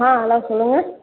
hello சொல்லுங்கள்